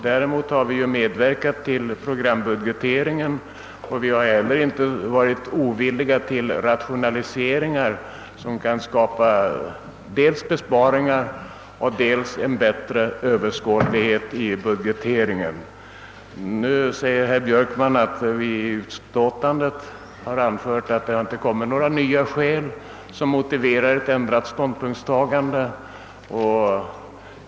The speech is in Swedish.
Däremot har vi medverkat till programbudgetering och har inte heller varit ovilliga till rationaliseringar i syfte att skapa besparingar och större överskådlighet i budgeteringen. Herr Björkman hänvisar nu till att vi i utlåtandet i år anfört att det inte framkommit några nya skäl som motiverar ett ändrat ståndpunktstagande.